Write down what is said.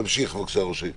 תמשיך בבקשה, ראש העיר.